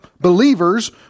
believers